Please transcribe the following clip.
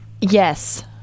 Yes